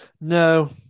No